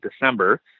december